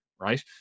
right